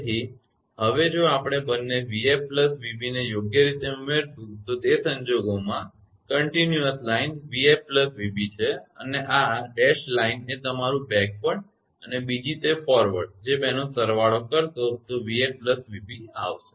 તેથી હવે જો આપણે બંને 𝑣𝑓 𝑣𝑏 ને યોગ્ય રીતે ઉમેરશું તો તે સંજોગોમાં આ અવિરત લાઇન 𝑣𝑓 𝑣𝑏 છે અને આ તૂટક લાઇન એ તમારુ બેકવર્ડ અને બીજી તે ફોરવર્ડ છે જે બેનો સરવાળો કરશો તો 𝑣𝑓 𝑣𝑏 આવશે